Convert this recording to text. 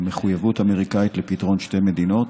על מחויבות אמריקנית לפתרון שתי מדינות.